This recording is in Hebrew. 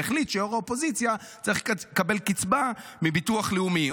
והחליט שיו"ר האופוזיציה צריך לקבל קצבה מביטוח לאומי.